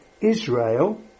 Israel